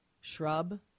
shrub